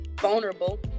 Vulnerable